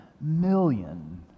million